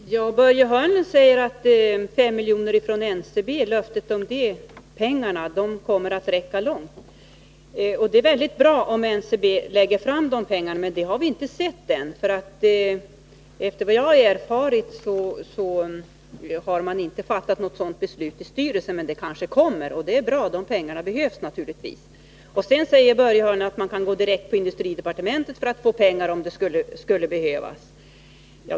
Herr talman! Börje Hörnlund säger att de 5 miljoner man fått löfte om från NCB kommer att räcka långt. Det är bra om NCB lägger fram de pengarna, men det har vi ännu inte sett. Efter vad jag har erfarit har man inte fattat något sådant beslut i styrelsen, men det kanske kommer. Och det är bra — pengarna behövs naturligtvis. Börje Hörnlund säger att man kan gå direkt till industridepartementet för att få pengar, om det skulle behövas.